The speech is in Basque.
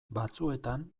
batzuetan